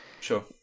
sure